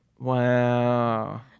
Wow